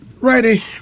Righty